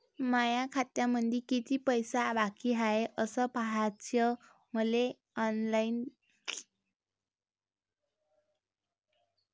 माया खात्यामंधी किती पैसा बाकी हाय कस पाह्याच, मले थे ऑनलाईन कस पाह्याले भेटन?